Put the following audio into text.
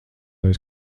aiz